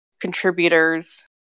contributors